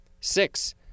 Six